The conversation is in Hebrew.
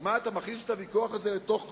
אז מה, אתה מכניס את הוויכוח הזה לתוך